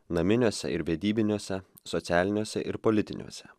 naminiuose ir vedybiniuose socialiniuose ir politiniuose